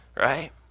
Right